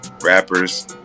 rappers